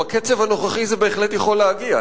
בקצב הנוכחי זה בהחלט יכול להגיע.